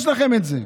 יש לכם את זה.